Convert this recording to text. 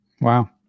Wow